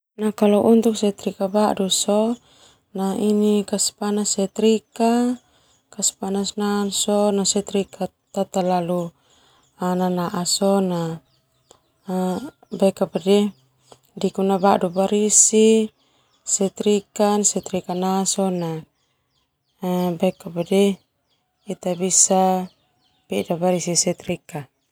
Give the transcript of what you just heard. Setrika badu sona kaspanas setrika basa sona setrika leo na.